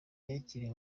yakiniwe